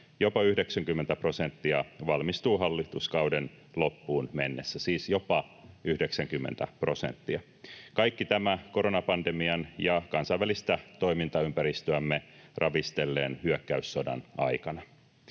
jopa 90 prosenttia valmistuu hallituskauden loppuun mennessä — siis jopa 90 prosenttia, ja kaikki tämä koronapandemian ja kansainvälistä toimintaympäristöämme ravistelleen hyökkäyssodan aikana.